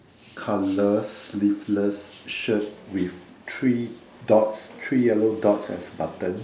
colour sleeveless shirt with three dots three yellow dots as buttons